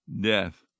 death